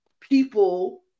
people